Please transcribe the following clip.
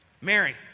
Mary